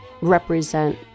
represent